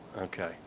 Okay